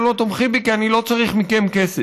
לא תומכים בי כי אני לא צריך מכם כסף.